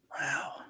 Wow